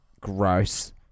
gross